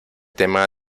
tema